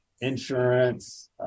insurance